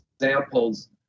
examples